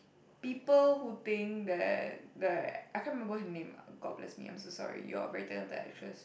people who think that that I can't remember her name [oh]-my-god bless me I'm so sorry you all are very talented actress